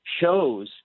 shows